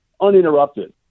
uninterrupted